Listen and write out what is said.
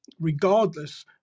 regardless